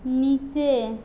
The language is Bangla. নিচে